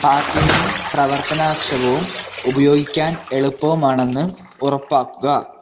packaging പ്രവർത്തനാക്ഷമവും ഉപയോഗിക്കാൻ എളുപ്പവുമാണെന്ന് ഉറപ്പാക്കുക